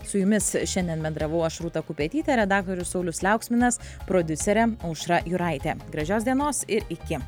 su jumis šiandien bendravau aš rūta kupetytė redaktorius saulius liauksminas prodiuserė aušra juraitė gražios dienos ir iki